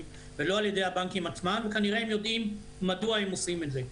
ולא על ידי הבנקים עצמם וכנראה הם יודעים מדוע עם עושים את זה.